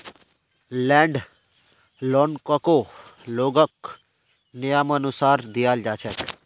land लोनकको लोगक नियमानुसार दियाल जा छेक